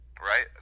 right